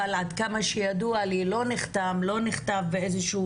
אבל עד כמה שידוע לי הוא לא נכתב ונחתם באיזשהו